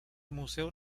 museo